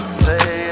play